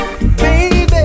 Baby